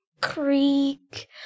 Creek